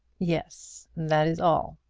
yes that is all.